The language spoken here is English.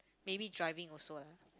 maybe driving also ah